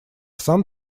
сам